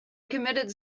committed